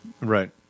Right